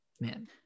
man